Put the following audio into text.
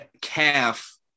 calf